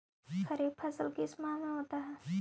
खरिफ फसल किस माह में होता है?